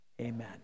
Amen